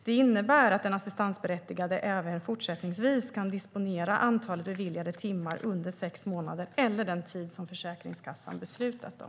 Det innebär att den assistansberättigade även fortsättningsvis kan disponera antalet beviljade timmar under sex månader eller den tid som Försäkringskassan beslutat om.